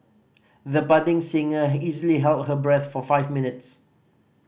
the budding singer easily held her breath for five minutes